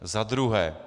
Za druhé.